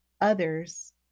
others